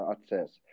access